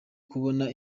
kubona